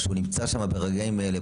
הוא נמצא שם ברגעים אלה.